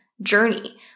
journey